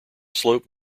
slope